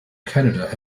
canada